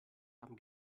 haben